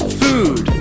food